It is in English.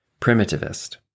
Primitivist